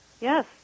Yes